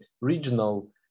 regional